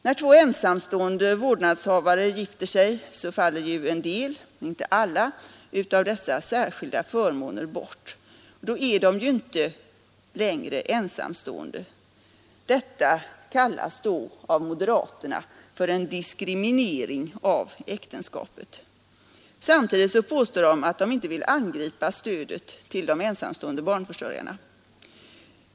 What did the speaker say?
När två ensamstående vårdnadshavare gifter sig faller en del — inte alla — av dessa särskilda förmåner bort, eftersom de ju då inte längre är ensamstående. Detta kallas av moderaterna för en diskriminering av äktenskapet. Samtidigt påstår de att de inte vill angripa stödet till de ensamstående barnförsörjarna.